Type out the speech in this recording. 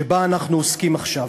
שבה אנחנו עוסקים עכשיו.